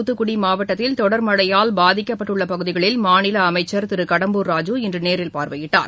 தூத்துக்குடிமாவட்டத்தில் தொடர் மழையால் பாதிக்கப்பட்டுள்ளபகுதிகளில் மாநிலஅமைச்சா் திருகடம்பூர் ராஜு இன்றுநேரில் பார்வையிட்டார்